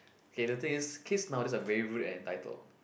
okay the thing is kids nowadays are very rude and entitled